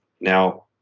Now